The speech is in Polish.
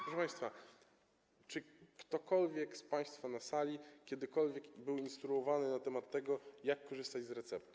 Proszę państwa, czy ktokolwiek z państwa na sali był kiedykolwiek instruowany na temat tego, jak korzystać z recepty?